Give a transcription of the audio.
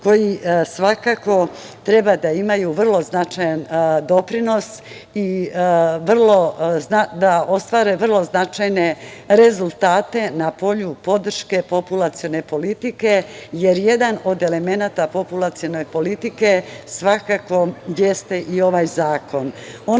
koje treba da ima značajan doprinos i da ostvare vrlo značajne rezultate na polju podrške populacionoj politici, jer jedan od elemenata populacione politike svakako jeste i ovaj zakon. Ono